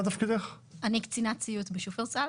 אני קצינת ציות בשופרסל.